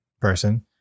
person